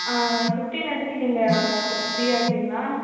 ஆ அதான் ஃபிஃப்ட்டின் அன்னைக்கி நீங்கள் ஃப்ரீயாக இருப்பீங்களா